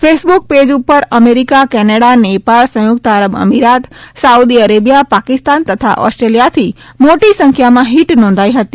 Facebook page ઉપર America Canada Nepal સંયુક્ત આરબ અમીરાત સાઉદી અરેબિયા પાકિસ્તાન તથા ઓસ્ટ્રેલિયાથી મોટી સંખ્યામાં હીટ નોંધાઇ હતી